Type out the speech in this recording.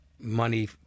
money